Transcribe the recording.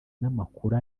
n’amakuru